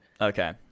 Okay